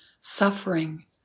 suffering